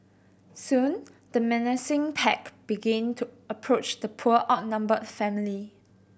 soon the menacing pack began to approach the poor outnumbered family